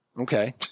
Okay